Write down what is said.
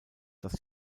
dass